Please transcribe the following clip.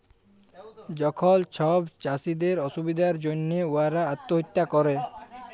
যখল ছব চাষীদের অসুবিধার জ্যনহে উয়ারা আত্যহত্যা ক্যরে